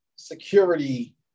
security